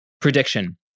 prediction